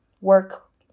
work